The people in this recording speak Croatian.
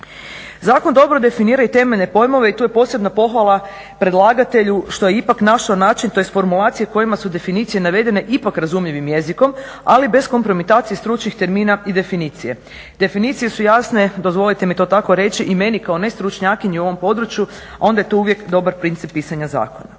Zakon dobro definira i temeljne pojmove i tu je posebna pohvala predlagatelju što je ipak našao način tj. formulacije u kojima su definicije navedene ipak razumljivim jezikom ali bez kompromitacije stručnih termina i definicija. Definicije su jasne dozvolite mi to tako reći i meni kao nestručnjakinji u ovom području, a onda je to uvijek dobar princip pisanja zakona.